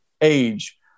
age